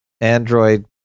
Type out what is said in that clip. Android